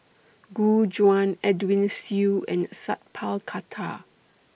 Gu Juan Edwin Siew and Sat Pal Khattar